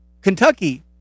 Kentucky